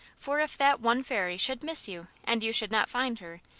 for if that one fairy should miss you and you should not find her,